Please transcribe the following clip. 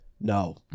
No